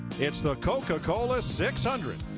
it's the coca-cola six hundred.